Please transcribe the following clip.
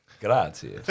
Grazie